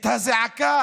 את הזעקה